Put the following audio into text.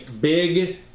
big